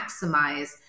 maximize